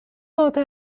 داده